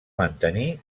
mantenir